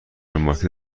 مارکت